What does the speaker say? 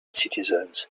citizens